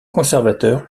conservateur